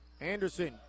Anderson